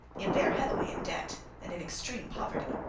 yet they are heavily in debt and in extreme poverty